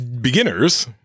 beginners